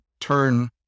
turn